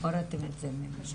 בלתי ישירה זה בעיקר נשים.